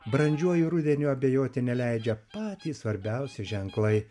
brandžiuoju rudeniu abejoti neleidžia patys svarbiausi ženklai